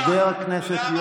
אתה רומס את הדמוקרטיה.